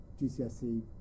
GCSE